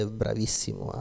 bravissimo